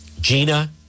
Gina